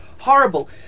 horrible